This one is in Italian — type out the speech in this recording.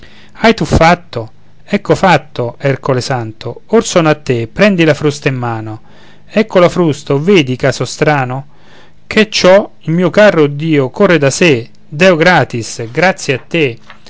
hai tu fatto ecco fatto ercole santo or sono a te prendi la frusta in mano ecco la frusta oh vedi caso strano che è ciò il mio carro o dio corre da sé deo gratias grazie a te